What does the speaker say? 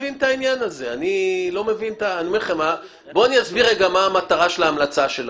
אני אסביר רגע מה המטרה של ההמלצה שלכם.